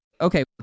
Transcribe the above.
okay